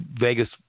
Vegas